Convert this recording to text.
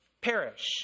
perish